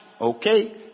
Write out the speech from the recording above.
okay